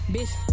Bitch